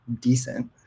decent